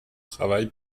travail